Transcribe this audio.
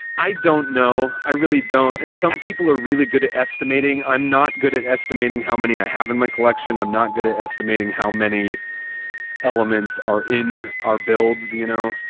i don't know. i really don't. some people are really good at estimating. i'm not good at estimating how many i have in my collection. i'm not good at estimating how many elements are in our builds, you know.